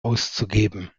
auszugeben